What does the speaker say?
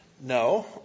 No